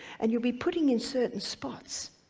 and you'll be putting in certain spots.